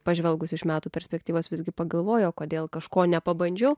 pažvelgus iš metų perspektyvos visgi pagalvoji o kodėl kažko nepabandžiau